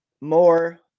more